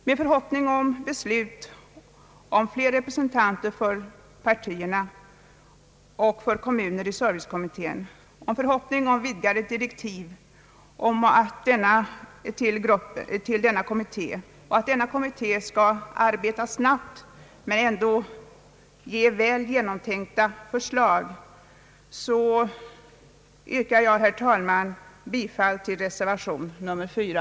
Med förhoppning om att beslut fattas om fler representanter för partierna och för kommunerna i servicekommittén, med förhoppning om vidgade direktiv för denna kommitté och med förhoppning om att denna kommitté skall arbeta snabbt men ändå framlägga väl genomtänkta förslag yrkar jag, herr talman, bifall till reservation nr 4.